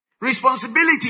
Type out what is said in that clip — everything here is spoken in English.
Responsibility